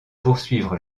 poursuivre